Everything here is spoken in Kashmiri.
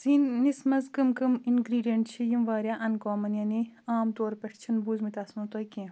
سِنِس منٛز کٕم کٕم اِنگرٛیٖڈیَنٛٹ چھِ یِم واریاہ اَن کامَن یعنے عام طور پٮ۪ٹھ چھِنہٕ بوٗزمٕتۍ آسَنو تۄہہِ کینٛہہ